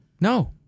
No